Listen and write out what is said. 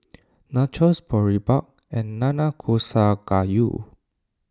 Nachos Boribap and Nanakusa Gayu